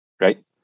Right